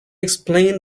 explained